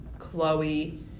Chloe